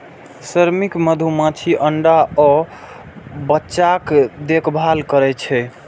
श्रमिक मधुमाछी अंडा आ बच्चाक देखभाल करै छै